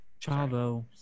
Chavo